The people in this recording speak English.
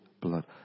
blood